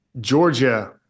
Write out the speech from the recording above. georgia